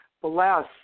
bless